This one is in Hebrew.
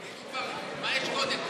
תגיד מה יש קודם.